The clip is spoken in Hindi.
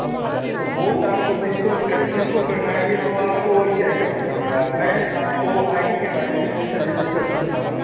अच्छा तो बोट आपको किसो क किसको करना है ये तो आपको ही तय करना पड़ेगा है मैं आपको आईडी के बारे में सजेस्ट कर सकता हूँ